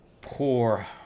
poor